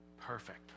perfect